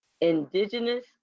indigenous